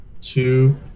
two